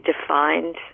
defined